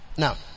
Now